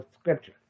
scripture